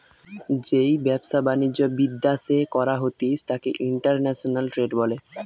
যেই ব্যবসা বাণিজ্য বিদ্যাশে করা হতিস তাকে ইন্টারন্যাশনাল ট্রেড বলে